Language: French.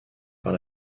par